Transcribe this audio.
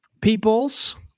Peoples